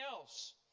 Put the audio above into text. else